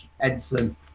Edson